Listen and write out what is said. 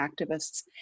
activists